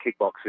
kickboxing